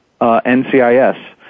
NCIS